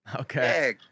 Okay